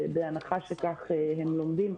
בהנחה שכך הם לומדים,